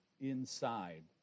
inside